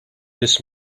this